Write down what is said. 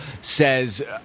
says